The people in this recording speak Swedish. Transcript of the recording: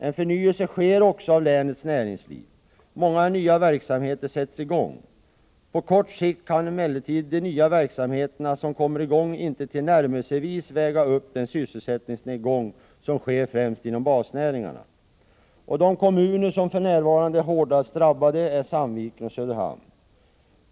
En förnyelse sker också av länets näringsliv. Många nya verksamheter sätts i gång. På kort sikt kan emellertid de nya verksamheter som kommer i gång inte tillnärmelsevis väga upp den sysselsättningsnedgång som sker främst inom basnäringarna. De kommuner som för närvarande är hårdast drabbade är Sandviken och Söderhamn.